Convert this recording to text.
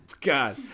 God